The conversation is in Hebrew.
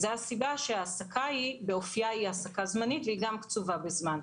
זו הסיבה שההעסקה באופייה היא זמנית והיא גם קצובה בזמן.